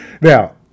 Now